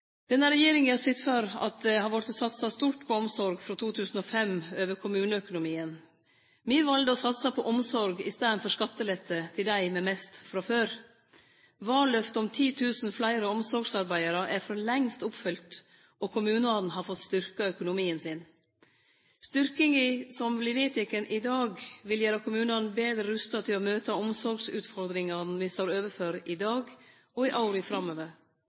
Denne regjeringa har sytt for at det har vorte satsa stort på omsorg frå 2005 over kommuneøkonomien. Me valde å satse på omsorg i staden for skattelette for dei med mest frå før. Valløftet om 10 000 fleire omsorgsarbeidarar er for lengst oppfylt, og kommunane har fått styrkt økonomien sin. Styrkinga som vert vedteken i dag, vil gjere kommunane betre rusta til å møte omsorgsutfordringane me står overfor i dag og i åra framover.